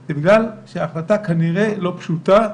זה בגלל שההחלטה כנראה לא פשוטה.